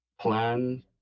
plan